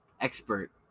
expert